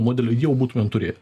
modelį jau būtumėm turėję